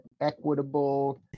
equitable